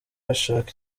ashaka